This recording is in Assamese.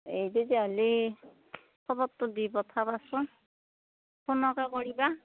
এই তেতিয়া হ'লে খবৰটো দি পঠাবাচোন ফোনকে কৰিবা